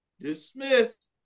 Dismissed